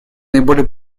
наиболее